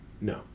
No